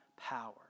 power